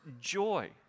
joy